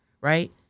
right